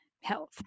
health